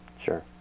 Sure